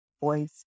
boys